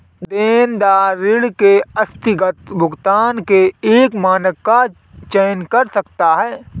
देनदार ऋण के आस्थगित भुगतान के एक मानक का चयन कर सकता है